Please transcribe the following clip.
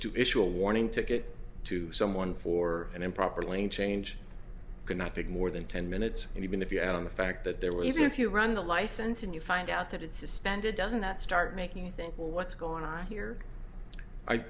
to issue a warning ticket to someone for an improper lane change cannot take more than ten minutes and even if you add on the fact that there were even if you run the license and you find out that it's suspended doesn't that start making you think well what's going on here i